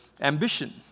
ambition